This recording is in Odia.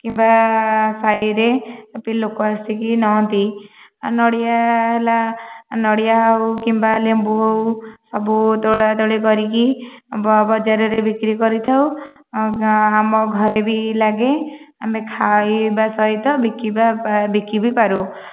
କିମ୍ବା ସାହିରେ ବି ଲୋକ ଆସିକି ନିଅନ୍ତି ନଡ଼ିଆ ହେଲା ନଡ଼ିଆ ହେଉ କିମ୍ବା ଲେମ୍ବୁ ହେଉ ସବୁ ତୋଳା ତୋଳି କରିକି ବଜାରରେ ବିକ୍ରି କରିଥାଉ ଆମ ଘରେ ବି ଲାଗେ ଆମେ ଖାଇବା ସହିତ ବିକିବା ବିକି ବି ପାରୁ